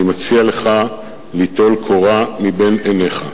אני מציע לך ליטול קורה מבין עיניך,